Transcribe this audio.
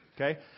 Okay